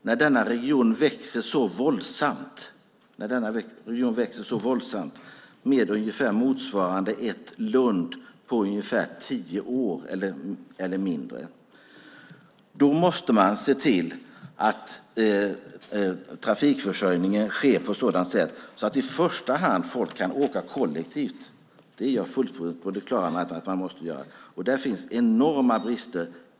När denna region växer så våldsamt, med motsvarande ungefär ett Lund på tio år eller mindre, måste man se till att trafikförsörjningen sker på ett sådant sätt att folk i första hand kan åka kollektivt. Det är jag fullt på det klara med att man måste göra. Och där finns enorma brister.